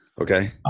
Okay